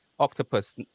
Octopus